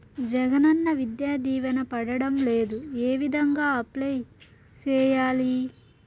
జగనన్న విద్యా దీవెన పడడం లేదు ఏ విధంగా అప్లై సేయాలి